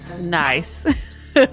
Nice